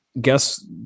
Guess